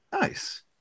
Nice